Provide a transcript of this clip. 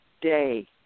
day